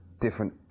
different